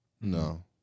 No